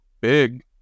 big